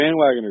bandwagoners